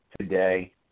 today